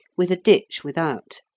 with a ditch without.